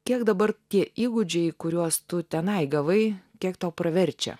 kiek dabar tie įgūdžiai kuriuos tu tenai gavai kiek tau praverčia